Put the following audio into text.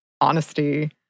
honesty